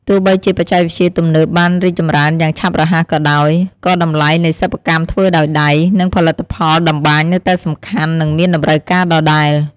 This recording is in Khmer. ទោះបីជាបច្ចេកវិទ្យាទំនើបបានរីកចម្រើនយ៉ាងឆាប់រហ័សក៏ដោយ ក៏តម្លៃនៃសិប្បកម្មធ្វើដោយដៃ និងផលិតផលតម្បាញនៅតែសំខាន់ និងមានតម្រូវការដដែល។